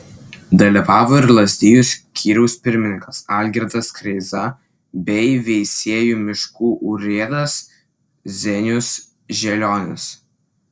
dalyvavo ir lazdijų skyriaus pirmininkas algirdas kreiza bei veisiejų miškų urėdas zenius želionis